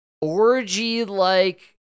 orgy-like